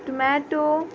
tomato